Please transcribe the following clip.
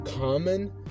common